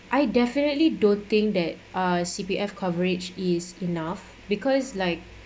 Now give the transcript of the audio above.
I definitely don't think that uh C_P_F coverage is enough because like